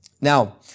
Now